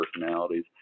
personalities